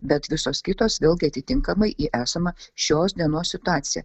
bet visos kitos vėlgi atitinkamai į esamą šios dienos situaciją